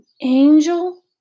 angel